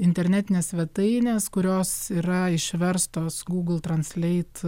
internetinės svetainės kurios yra išverstos gūgl transleit